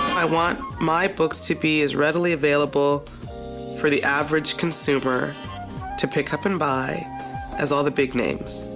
i want my books to be as readily available for the average consumer to pick up and buy as all the big names,